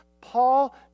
Paul